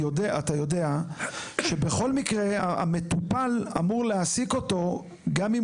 אתה יודע שבכל מקרה המטופל אמור להעסיק אותו גם אם